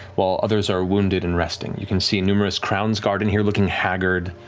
while others are wounded and resting. you can see numerous crownsguard in here looking haggard,